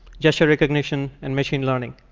gesture recognition, and machine learning.